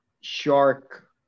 shark